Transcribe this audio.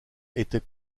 était